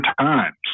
times